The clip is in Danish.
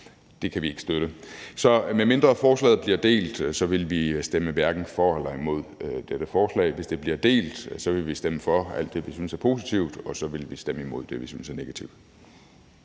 Det kan vi ikke støtte. Så medmindre forslaget bliver delt, vil vi stemme hverken for eller imod dette forslag. Hvis det bliver delt, vil vi stemme for alt det, vi synes er positivt, og så vil vi stemme imod det, som vi synes er negativt.